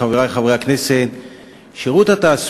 חבר הכנסת בר-לב, אני אפילו מרשה לך בעד או נגד.